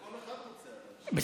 כל אחד רוצה, אבל.